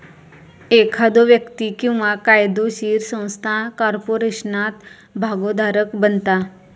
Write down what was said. एखादो व्यक्ती किंवा कायदोशीर संस्था कॉर्पोरेशनात भागोधारक बनता